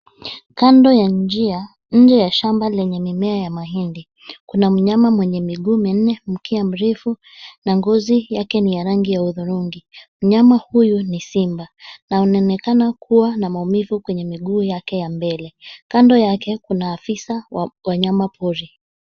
Kando ya njia, nje ya shamba lenye mimea ya mahindi, kuna mnyama mwenye miguu minne, mkia mrefu na ngozi yake ni ya rangi ya hudhurungi. Mnyama huyu ni simba na anaonekana kuwa na maumivu kwenye miguu yake ya mbele. Kando yake kuna afisa wa wanyama pori.